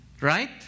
Right